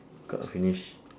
card all finish